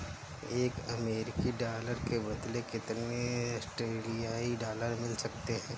एक अमेरिकी डॉलर के बदले कितने ऑस्ट्रेलियाई डॉलर मिल सकते हैं?